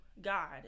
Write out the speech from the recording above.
God